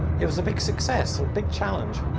it was a big success, a big challenge.